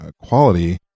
quality